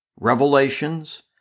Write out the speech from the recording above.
revelations